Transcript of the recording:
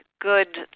good